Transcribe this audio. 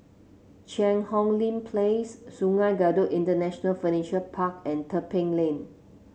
Cheang Hong Lim Place Sungei Kadut International Furniture Park and Tebing Lane